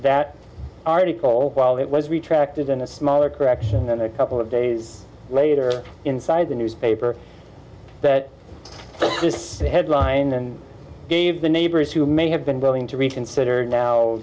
that article while it was retracted in a smaller correction and a couple of days later inside the newspaper that this headline gave the neighbors who may have been willing to reconsider now